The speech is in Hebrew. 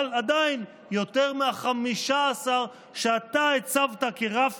אבל עדיין יותר מה-15 שאתה הצבת כרף